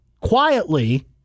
quietly